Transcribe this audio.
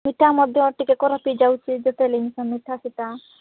ସେଇଟା ମଧ୍ୟ ଦେହ ଟିକେ ଖରାପ୍ ହେଇଯାଉଛି ଯେତେବେଲେ ମିଠା ସିଟା